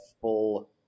full